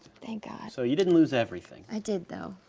thank god. so you didn't lose everything. i did, though.